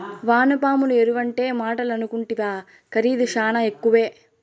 వానపాముల ఎరువంటే మాటలనుకుంటివా ఖరీదు శానా ఎక్కువే